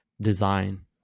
design